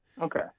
Okay